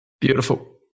beautiful